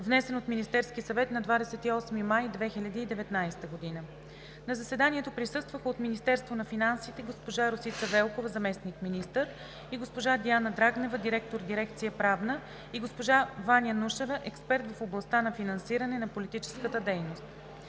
внесен от Министерския съвет на 28 май 2019 г. На заседанието присъстваха: от Министерство на финансите – госпожа Росица Велкова – заместник-министър, госпожа Диана Драгнева – директор дирекция „Правна“, и госпожа Ваня Нушева – експерт в областта на финансиране на политическата дейност.